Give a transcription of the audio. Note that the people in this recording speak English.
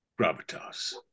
gravitas